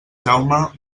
jaume